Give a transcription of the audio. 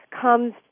comes